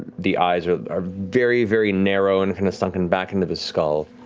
the eyes are are very very narrow and and sunken back into the skull.